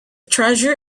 treasure